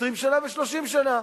20 שנה ו-30 שנה.